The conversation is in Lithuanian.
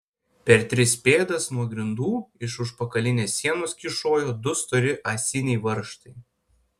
per tris pėdas nuo grindų iš užpakalinės sienos kyšojo du stori ąsiniai varžtai